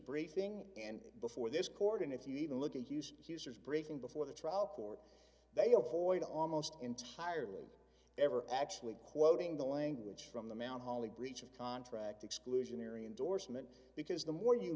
briefing and before this court and if you even look at hugh's users briefing before the trial court they avoid almost entirely ever actually quoting the language from the mount holly breach of contract exclusionary endorsement because the more you